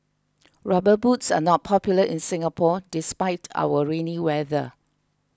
rubber boots are not popular in Singapore despite our rainy weather